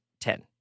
ten